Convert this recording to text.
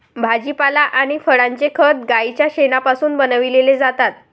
भाजीपाला आणि फळांचे खत गाईच्या शेणापासून बनविलेले जातात